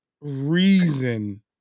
reason